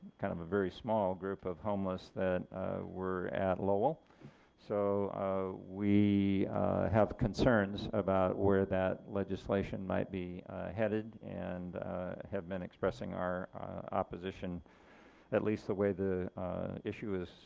kind of a small small group of homeless that were at lowell so we have concerns about where that legislation might be headed and have been expressing our opposition at least the way the issue is